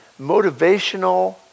motivational